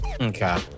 Okay